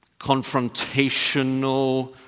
confrontational